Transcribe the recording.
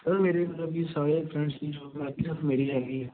sir ਮੇਰੇ ਮਤਲਬ ਕਿ ਸਾਰੇ ਫਰੈਂਡਸ ਦੀ ਜੋਬ ਲੱਗ ਗਈ ਮੇਰੀ ਰਹਿ ਗਈ ਆ